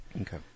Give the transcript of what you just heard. Okay